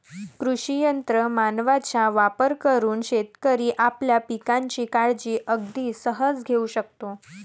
कृषी यंत्र मानवांचा वापर करून शेतकरी आपल्या पिकांची काळजी अगदी सहज घेऊ शकतो